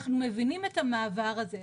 אנחנו מבינים את המעבר הזה.